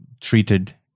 treated